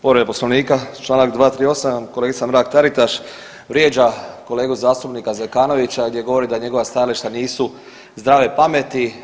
Povreda Poslovnika, čl. 238., kolegica Mrak-Taritaš vrijeđa kolegu zastupnika Zekanovića gdje govori da njegova stajališta nisu zdrave pameti.